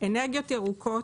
אנרגיות ירוקות,